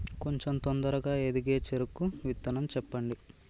కొంచం తొందరగా ఎదిగే చెరుకు విత్తనం చెప్పండి?